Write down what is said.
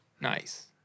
Nice